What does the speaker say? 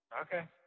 Okay